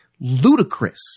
ludicrous